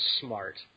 smart